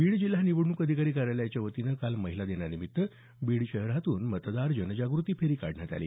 बीड जिल्हा निवडणूक अधिकारी कार्यालयाच्या वतीने काल महिला दिनानिमित्त मतदार जनजागृती फेरी काढण्यात आली